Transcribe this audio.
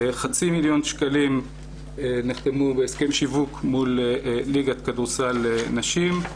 חצי מיליון שקלים נחתמו בהסכמי שיווק מול ליגת כדורסל נשים,